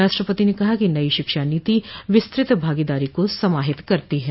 राष्ट्रपति न कहा कि नई शिक्षा नीति विस्तृत भागीदारी को समाहित करती है